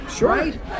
right